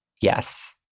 Yes